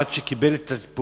עד שקיבל את הטיפול,